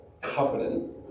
covenant